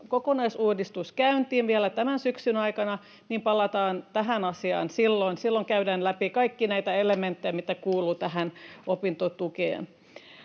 kokonaisuudistus käyntiin vielä tämän syksyn aikana, niin palataan tähän asiaan silloin. Silloin käydään läpi kaikkia näitä elementtejä, mitä kuuluu tähän opintotukeen.